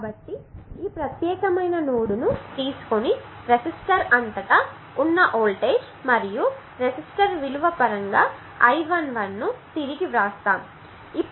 కాబట్టి ఈ ప్రత్యేకమైన నోడ్ను తీసుకొని రెసిస్టర్ అంతటా ఉన్న వోల్టేజ్ మరియు రెసిస్టన్స్ విలువ పరంగా I11 ను తిరిగి వ్రాస్తాము